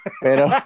Pero